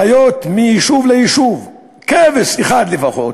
חיות מיישוב ליישוב, כבש אחד לפחות,